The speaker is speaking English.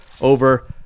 over